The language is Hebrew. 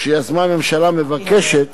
שיזמה הממשלה, מבקשת